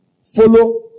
follow